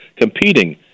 competing